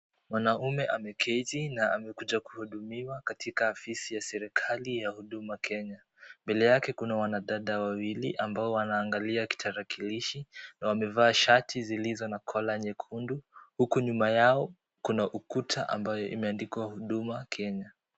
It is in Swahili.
Mwanaume ameketi na amekuja kuhudumiwa katika afisi ya serikali ya Huduma Kenya. Mbele yake kuna wanadada wawili ambao wanaangalia kitarakilishi na wamevaa shati zilizo na kola nyekundu huku nyuma yao kuna ukuta ambayo imeandikwa Huduma Kenya.